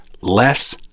less